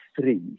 three